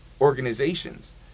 organizations